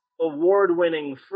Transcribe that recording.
award-winning